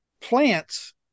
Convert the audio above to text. plants